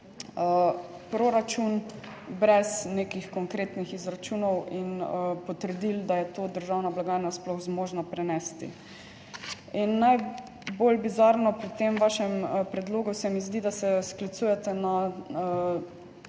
proračun brez nekih konkretnih izračunov in potrdil, da je to državna blagajna sploh zmožna prenesti. Najbolj bizarno pri tem vašem predlogu se mi zdi, da se sklicujete na